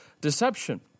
deception